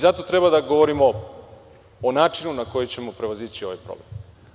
Zato treba da govorimo o načinu na koji ćemo prevazići ovaj problem.